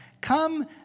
Come